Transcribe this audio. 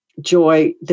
joy